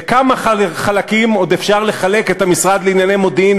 לכמה חלקים עוד אפשר לחלק את המשרד לענייני מודיעין